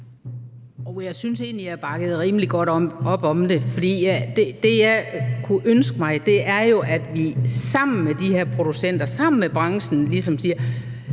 jeg synes egentlig, at jeg bakkede rimelig godt op om det. For det, jeg kunne ønske mig, er jo, at vi sammen med de her producenter og sammen med branchen siger: